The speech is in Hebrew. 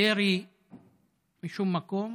ירי משום מקום